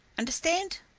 understand?